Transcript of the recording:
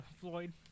Floyd